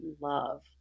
love